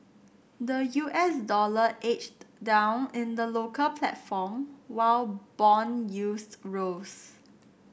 the U S dollar edged down in the local platform while bond yields rose